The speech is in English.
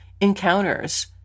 encounters